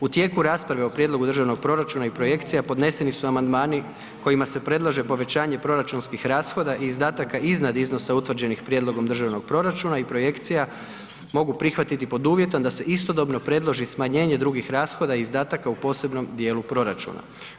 U tijeku rasprave o Prijedlogu državnog proračuna i projekcija podneseni su amandmani kojima se predlaže povećanje proračunskih rashoda i izdataka iznad iznosa utvrđenih Prijedlogom državnog proračuna i projekcija, mogu prihvatiti pod uvjetom da se istodobno predloži smanjenje drugih rashoda i izdataka u posebnom dijelu proračuna.